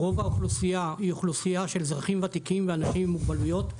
רוב האוכלוסייה היא אוכלוסייה של אזרחים ותיקים ואנשים עם מוגבלויות.